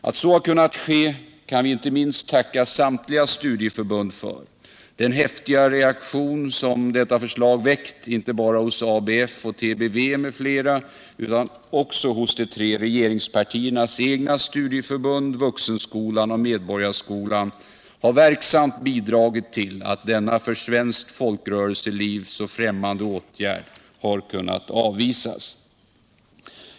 Att så har kunnat ske kan vi tacka inte minst studieförbunden för. Den häftiga reaktion som regeringsförslaget väckt inte bara hos ABF och TBV m.fl. utan också hos de tre regeringspartiernas egna studieförbund, Vuxenskolan och Medborgarskolan har verksamt bidragit till att denna för svenskt folkrörelseliv så främmande åtgärd har kunnat avvisas.